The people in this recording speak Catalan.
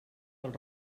del